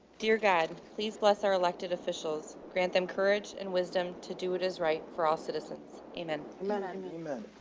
dear god, please bless our elected officials. grant them courage and wisdom to do what is right for all citizens. amen. amen. amen. amen.